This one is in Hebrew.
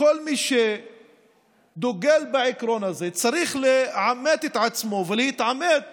כל מי שדוגל בעיקרון הזה צריך לעמת את עצמו ולהתעמת